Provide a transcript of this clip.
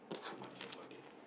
much about it